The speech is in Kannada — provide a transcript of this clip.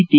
ಟಿ